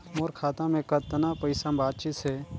मोर खाता मे कतना पइसा बाचिस हे?